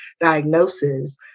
diagnosis